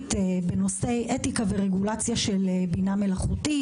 ממשלתית בנושאי אתיקה ורגולציה של בינה מלאכותית,